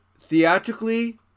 theatrically